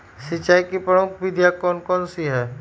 सिंचाई की प्रमुख विधियां कौन कौन सी है?